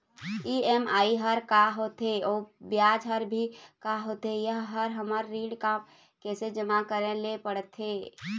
EMI हर का होथे अऊ ब्याज हर भी का होथे ये हर हमर ऋण मा कैसे जमा करे ले पड़ते?